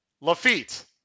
lafitte